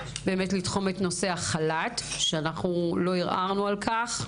באמת לתחום את נושא החל"ת שאנחנו לא ערערנו על כך.